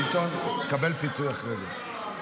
ביטון, תקבל פיצוי אחרי זה.